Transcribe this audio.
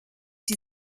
die